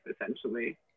essentially